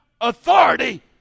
authority